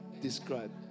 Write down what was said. describe